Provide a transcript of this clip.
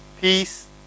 peace